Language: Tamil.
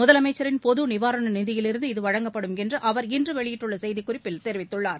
முதலமைச்சரின் பொதுநிவாரணநிதியிலிருந்து இது வழங்கப்படும் என்றுஅவர் இன்றுவெளியிட்டுள்ளசெய்திக் குறிப்பில் தெரிவித்துள்ளார்